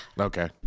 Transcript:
Okay